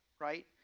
right